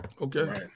Okay